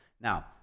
now